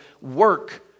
work